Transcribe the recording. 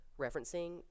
referencing